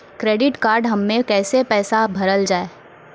Credit card हम्मे कैसे पैसा भरल जाए?